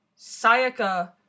Sayaka